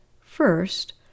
First